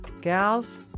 gals